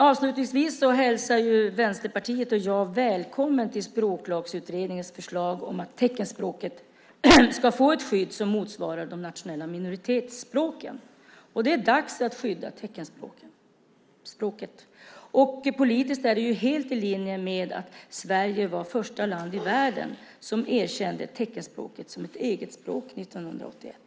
Avslutningsvis säger Vänsterpartiet och jag välkommen till Språklagsutredningens förslag att teckenspråket ska få ett skydd som motsvarar de nationella minoritetsspråkens skydd. Det är dags att skydda teckenspråket, och politiskt är det helt i linje med att Sverige var första land i världen som erkände teckenspråket som ett eget språk 1981.